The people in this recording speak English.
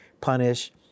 punish